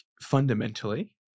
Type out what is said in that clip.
fundamentally